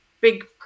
Big